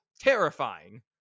terrifying